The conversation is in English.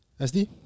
SD